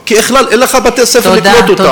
כי אין לך בכלל בתי-ספר לקלוט אותם.